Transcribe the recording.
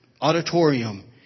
auditorium